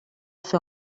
fer